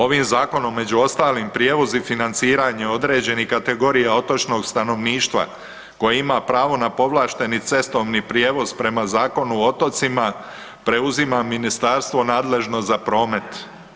Ovim zakonom među ostalim prijevoz i financiranje određenih kategorija otočnog stanovništva koje ima pravo na povlašteni cestovni prijevoz prema Zakonu o otocima preuzima ministarstvo nadležno za promet.